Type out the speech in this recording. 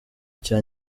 cya